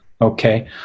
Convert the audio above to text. okay